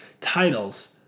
titles